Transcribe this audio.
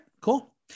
cool